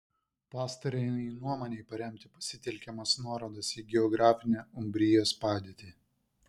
pastarajai nuomonei paremti pasitelkiamos nuorodos į geografinę umbrijos padėtį